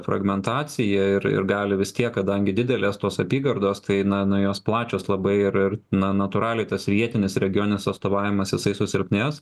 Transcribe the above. fragmentacija ir ir gali vis tiek kadangi didelės tos apygardos tai na na jos plačios labai ir ir na natūraliai tas vietinis regioninis atstovavimas jisai susilpnės